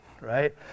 right